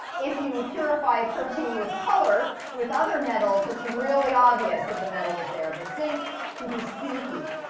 if you purify a protein with color with other metals, it's really obvious that the metal is there. but zinc can be sneaky.